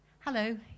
Hello